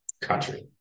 country